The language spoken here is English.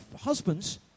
husbands